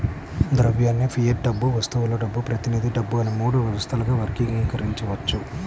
ద్రవ్యాన్ని ఫియట్ డబ్బు, వస్తువుల డబ్బు, ప్రతినిధి డబ్బు అని మూడు వ్యవస్థలుగా వర్గీకరించవచ్చు